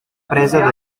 presa